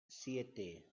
siete